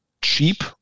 cheap